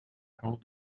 hold